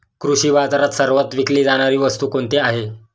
कृषी बाजारात सर्वात विकली जाणारी वस्तू कोणती आहे?